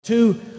Two